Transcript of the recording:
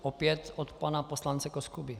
Opět od pana poslance Koskuby.